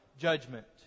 judgment